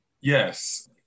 Yes